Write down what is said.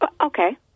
Okay